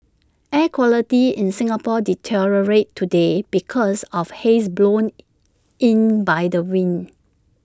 air quality in Singapore deteriorated today because of haze blown in by the wind